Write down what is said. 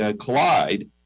collide